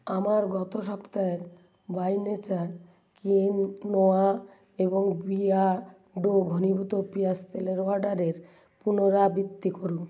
আমার গত সপ্তাহের বাই নেচার কে নোয়া এবং বিয়াডো ঘনীভূত পিঁয়াজ তেলের অর্ডারের পুনরাবৃত্তি করুন